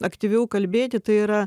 aktyviau kalbėti tai yra